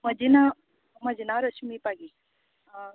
म्हजे नांव म्हजे नांव रजनी पागी